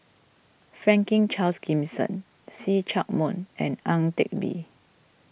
Franklin Charles Gimson See Chak Mun and Ang Teck Bee